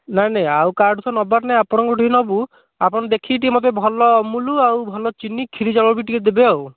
ନାହିଁ ନାହିଁ ଆଉ କାହାଠୁ ତ ନେବାର ନାହିଁ ଆପଣଙ୍କଠୁ ହିଁ ନେବୁ ଆପଣ ଦେଖିକି ଟିକିଏ ମୋତେ ଭଲ ଅମୁଲ ଆଉ ଭଲ ଚିନି କ୍ଷିରୀ ଚାଉଳ ବି ଟିକିଏ ଦେବେ ଆଉ